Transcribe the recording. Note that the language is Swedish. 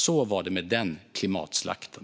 Så var det med den klimatslakten.